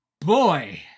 boy